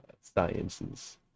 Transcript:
sciences